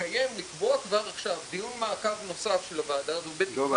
ולקבוע כבר עכשיו דיון מעקב נוסף של הוועדה הזו --- דב,